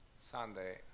sunday